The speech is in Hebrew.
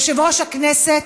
יושב-ראש הכנסת,